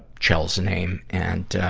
kjell's name and,